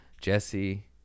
Jesse